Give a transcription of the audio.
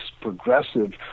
progressive